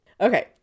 Okay